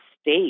state